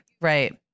right